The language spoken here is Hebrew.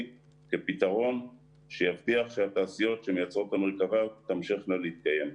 כפתרון שיבטיח שהתעשיות שמייצרות את מרכבה תמשכנה להתקיים.